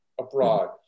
abroad